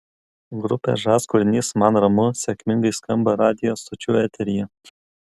grupės žas kūrinys man ramu sėkmingai skamba radijo stočių eteryje